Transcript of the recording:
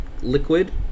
liquid